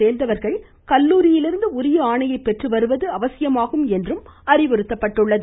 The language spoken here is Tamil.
சேர்ந்தவர்கள் கல்லூரிகளில் உரிய ஆணையை பெற்றுவருவதும் அவசியமாகும் என்றும் அறிவுறுத்தப்பட்டுள்ளது